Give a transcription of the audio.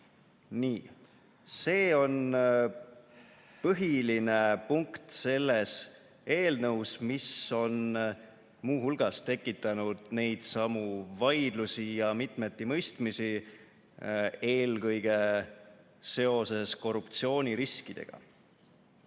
See on põhiline punkt selles eelnõus, mis on muu hulgas tekitanud vaidlusi ja mitmetimõistmisi eelkõige seoses korruptsiooniriskidega.